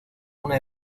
una